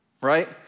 right